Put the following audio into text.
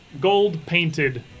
gold-painted